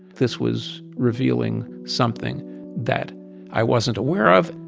this was revealing something that i wasn't aware of.